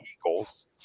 Eagles